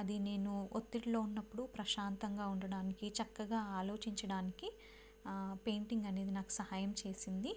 అది నేను ఒత్తిడిలో ఉన్నప్పుడు ప్రశాంతంగా ఉండడానికి చక్కగా ఆలోచించడానికి పెయింటింగ్ అనేది నాకు సహాయం చేసింది